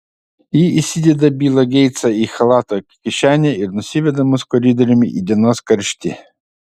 ji įsideda bilą geitsą į chalato kišenę ir nusiveda mus koridoriumi į dienos karštį